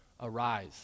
Arise